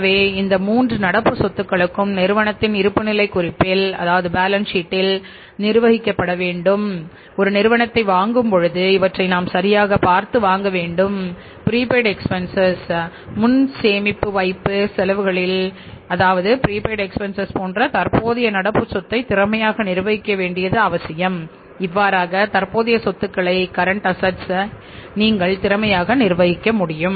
எனவே இந்த 3 நடப்பு சொத்துக்களுக்குப் நிறுவனத்தின் இருப்புநிலைக் குறிப்பில் பேலன்ஸ் ஷீட் நீங்கள் திறமையாகவும் நிர்வகிக்க முடியும்